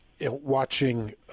watching –